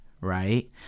right